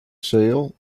sale